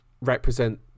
represent